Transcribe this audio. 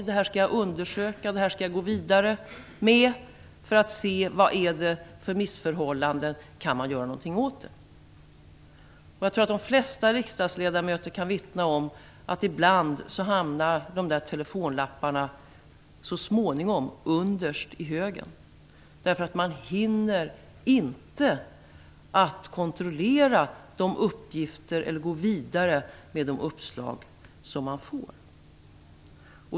Det här skall jag undersöka. Det här skall jag gå vidare med för att se vad det är för missförhållanden och om man kan göra någonting åt det. Jag tror att de flesta riksdagsledamöter kan vittna att telefonlapparna ibland så småningom hamnar underst i högen. Man hinner inte att kontrollera de uppgifter eller gå vidare med de uppslag man får.